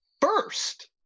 first